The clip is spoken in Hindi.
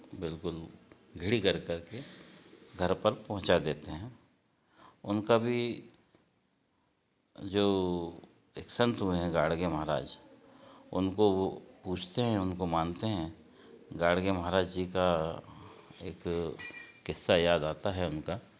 बिल्कुल घड़ी कर कर घर पर पहुँचा देते हैं उनका भी जो एक संत हुए हैं गाडगे महाराज उनको वो पूजते हैं उनको मानते हैं गाडगे महाराज जी का एक किस्सा याद आता है उनका